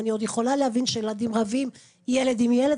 אני עוד יכולה להבין שילדים רבים ילד עם ילד,